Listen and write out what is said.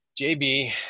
JB